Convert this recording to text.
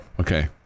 Okay